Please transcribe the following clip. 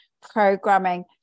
programming